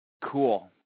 Cool